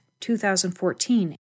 2014